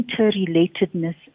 interrelatedness